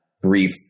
brief